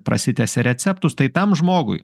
prasitęsia receptus tai tam žmogui